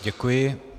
Děkuji.